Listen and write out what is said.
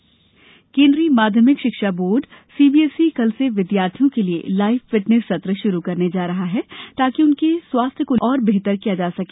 CBSE fitness सत्र केंद्रीय माध्यमिक शिक्षा बोर्ड सीबीएसई कल से विद्यार्थियों के लिए लाइव फिटनेस सत्र शुरू करने जा रहा है ताकि उनके स्वास्थ्य को बेहतर किया जा सके